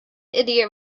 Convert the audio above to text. idiot